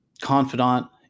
confidant